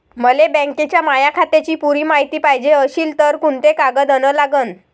मले बँकेच्या माया खात्याची पुरी मायती पायजे अशील तर कुंते कागद अन लागन?